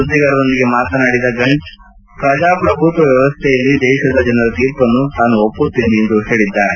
ಸುದ್ದಿಗಾರರೊಂದಿಗೆ ಮಾತನಾಡಿದ ಗಂಟ್ಜ್ ಪ್ರಜಾಪ್ರಭುತ್ವ ವ್ಯವಸ್ಥೆಯಲ್ಲಿ ದೇಶದ ಜನರ ತೀರ್ಪನ್ನು ತಾನು ಒಪ್ಪುತ್ತೇನೆ ಎಂದು ಹೇಳಿದ್ದಾರೆ